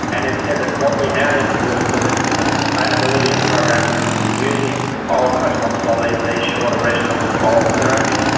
and it said that what we now need to do is look at at the sustainability of programs in using oral cotrimoxazole, these shorter regimens of oral therapy,